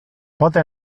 pote